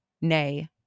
nay